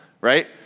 right